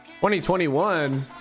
2021